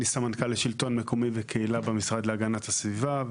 אני סמנכ"ל לשלטון מקומי וקהילה במשרד להגנת הסביבה,